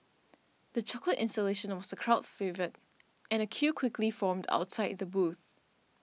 the chocolate installation was a crowd favourite and a queue quickly formed outside the booth